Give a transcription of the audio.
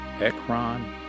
Ekron